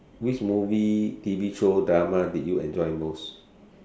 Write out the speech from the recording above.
which movie T_V show drama did you enjoy most